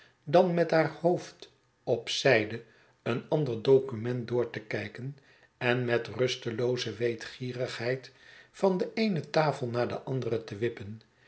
dan met haar hoofd op zijde een ander document door te kijken en met rustelooze weetgierigheid van de eene tafel naar de andere te wippen